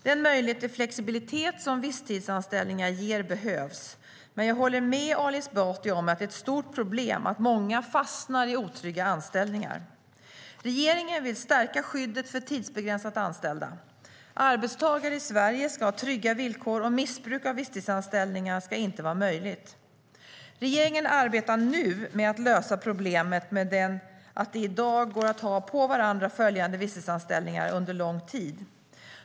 Den möjlighet till flexibilitet som visstidsanställningar ger behövs, men jag håller med Ali Esbati om att det är ett stort problem att många fastnar i otrygga anställningar. Regeringen vill stärka skyddet för tidsbegränsat anställda. Arbetstagare i Sverige ska ha trygga villkor, och missbruk av visstidsanställningar ska inte vara möjligt. Regeringen arbetar nu med att lösa problemet med att det i dag går att ha på varandra följande visstidsanställningar under lång tid.